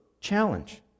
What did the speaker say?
challenge